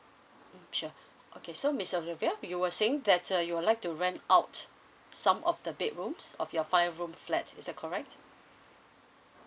mm sure okay so miss olivia you were saying that uh you would like to rent out some of the bedrooms of your five room flat is that correct